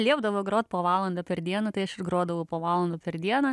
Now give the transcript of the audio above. liepdavo groti po valandą per dieną tai aš ir grodavau po valandą per dieną